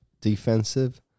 defensive